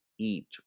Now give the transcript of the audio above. eat